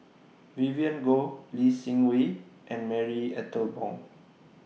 Vivien Goh Lee Seng Wee and Marie Ethel Bong